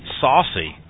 saucy